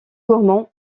gourmand